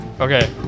Okay